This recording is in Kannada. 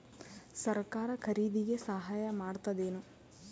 ಸರಕಾರ ಖರೀದಿಗೆ ಸಹಾಯ ಮಾಡ್ತದೇನು?